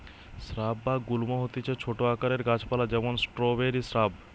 shrub বা গুল্ম হতিছে ছোট আকারের গাছ পালা যেমন স্ট্রওবেরি শ্রাব